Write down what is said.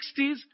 60s